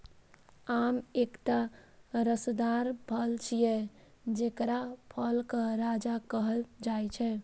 आम एकटा रसदार फल छियै, जेकरा फलक राजा कहल जाइ छै